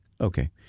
okay